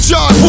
John